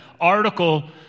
article